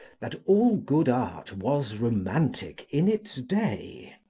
that all good art was romantic in its day.